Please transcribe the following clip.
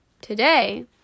today